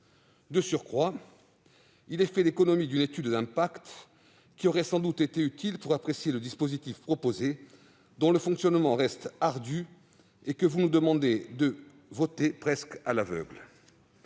Ensuite, le texte fait l'économie d'une étude d'impact qui aurait sans doute été utile pour apprécier le dispositif proposé, dont le fonctionnement reste ardu et que vous nous demandez de voter presque à l'aveugle.